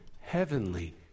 heavenly